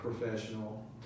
professional